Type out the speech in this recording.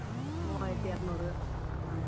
ம் மூவாயிரத்தி எரநூறு ஆ